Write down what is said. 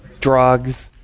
drugs